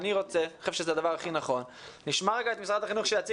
אני רוצה ואני חושב שזה הדבר הנכון לשמוע את משרד